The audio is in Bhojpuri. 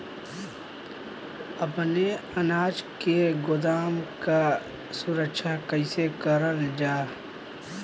अपने अनाज के गोदाम क सुरक्षा कइसे करल जा?